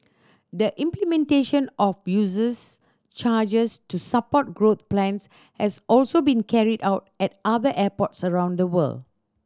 the implementation of users charges to support growth plans has also been carried out at other airports around the world